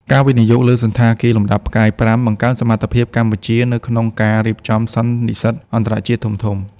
ការវិនិយោគលើសណ្ឋាគារលំដាប់ផ្កាយប្រាំ បង្កើនសមត្ថភាពកម្ពុជានៅក្នុងការរៀបចំសន្និសីទអន្តរជាតិធំៗ។